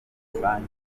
rusange